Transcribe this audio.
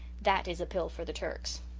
that is a pill for the turks.